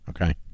okay